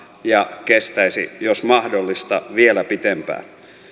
ja kestäisi jos mahdollista vielä pitempään